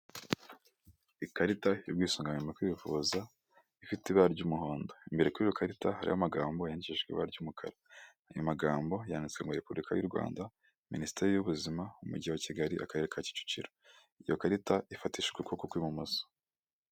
Ikarita y'ubwisungane mu kwivuza, ifite ibara ry'umuhondo, imbere kuri iyo karita hariho amagambo yandikishijwe ibara ry'umukara. Ayo magambo yanditswe ngo repubulika y'u Rwanda, minisiteri y'ubuzima, umujyi wa Kigali, akarere ka Kicukiro. Iyo karita ifatishijwe ukuboko kw'ibumoso.